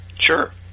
Sure